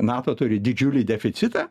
nato turi didžiulį deficitą